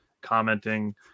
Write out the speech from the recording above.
commenting